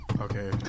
Okay